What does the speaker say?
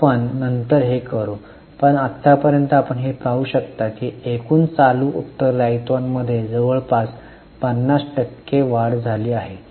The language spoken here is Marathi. आपण नंतर हे करू पण आत्तापर्यंत आपण हे पाहू शकतो की एकूण चालू उत्तरदायित्वांमध्ये जवळपास 50 टक्के वाढ झाली आहे